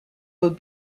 will